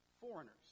foreigners